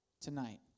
tonight